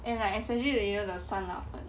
and like especially the 酸辣粉